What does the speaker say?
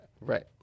right